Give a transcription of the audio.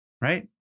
right